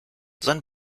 sein